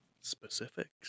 Specifics